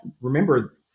remember